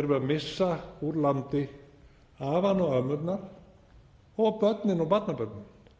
erum við að missa úr landi afana og ömmurnar og börnin og barnabörnin.